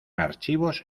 archivos